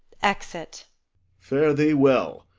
exit fare thee well.